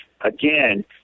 again